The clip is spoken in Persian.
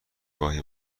گاهی